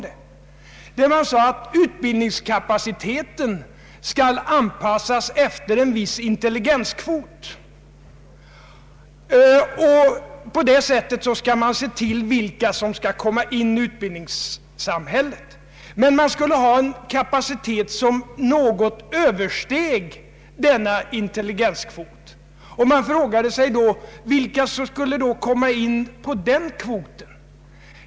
Där sägs att utbildningskapaciteten skall anpassas efter en viss intelligenskvot. På det sättet skall man avgöra vilka som får komma in i utbildningssamhället. Men kapaciteten skulle något överstiga denna intelligenskvot. Man frågar sig då vilka som skulle komma in på den kvoten.